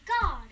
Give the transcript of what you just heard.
God